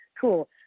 Cool